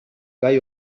gai